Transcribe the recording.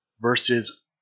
versus